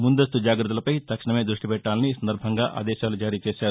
ముందస్తు జాగ్రత్తలపై తక్షణమే దృష్టిపెట్టాలని ఈ సందర్భంగా ఆదేశాలు జారీచేశారు